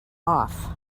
off